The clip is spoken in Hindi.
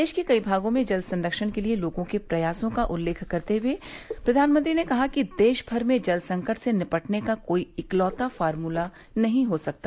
देश के कई भागों में जल संरक्षण के लिए लोगों के प्रयासों का उल्लेख करते हुए प्रधानमंत्री ने कहा कि देशभर में जल संकट से निपटने का कोई इकलौता फार्मूला नहीं हो सकता